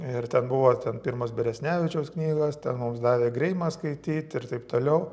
ir ten buvo ten pirmos beresnevičiaus knygos ten mums davė greimą skaityti ir taip toliau